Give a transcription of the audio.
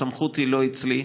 הסמכות היא לא אצלי,